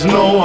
no